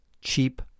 cheap